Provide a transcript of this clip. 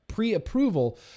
pre-approval